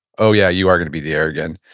oh, yeah, you are going to be the heir again.